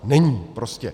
Není prostě.